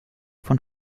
von